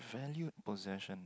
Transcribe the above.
valued possession